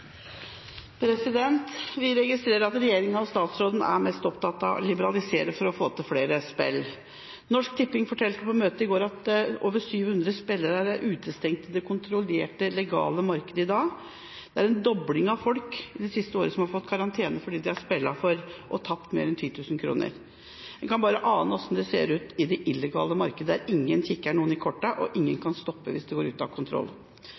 mest opptatt av å liberalisere for å få til flere spill. Norsk Tipping fortalte på møtet i går at over 700 000 spillere er utestengt i det kontrollerte legale markedet i dag. Det er det siste året en dobling av folk som har fått karantene fordi de har spilt for og tapt mer enn 10 000 kr. En kan bare ane hvordan det ser ut i det illegale markedet, der ingen kikker noen i kortene, og ingen kan stoppe hvis det går ut av kontroll.